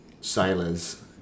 sailors